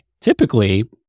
Typically